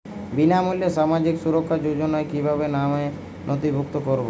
বিনামূল্যে সামাজিক সুরক্ষা যোজনায় কিভাবে নামে নথিভুক্ত করবো?